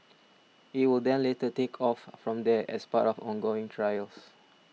it will then later take off from there as part of ongoing trials